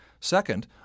Second